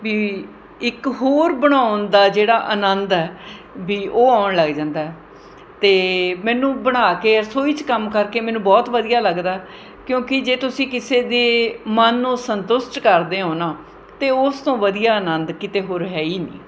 ਵੀ ਇੱਕ ਹੋਰ ਬਣਾਉਣ ਦਾ ਜਿਹੜਾ ਆਨੰਦ ਹੈ ਵੀ ਉਹ ਆਉਣ ਲੱਗ ਜਾਂਦਾ ਅਤੇ ਮੈਨੂੰ ਬਣਾ ਕੇ ਰਸੋਈ 'ਚ ਕੰਮ ਕਰਕੇ ਮੈਨੂੰ ਬਹੁਤ ਵਧੀਆ ਲੱਗਦਾ ਕਿਉਂਕਿ ਜੇ ਤੁਸੀਂ ਕਿਸੇ ਦੇ ਮਨ ਨੂੰ ਸੰਤੁਸ਼ਟ ਕਰਦੇ ਹੋ ਨਾ ਅਤੇ ਉਸ ਤੋਂ ਵਧੀਆ ਆਨੰਦ ਕਿਤੇ ਹੋਰ ਹੈ ਹੀ ਨਹੀਂ